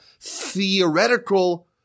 theoretical